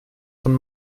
von